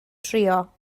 trio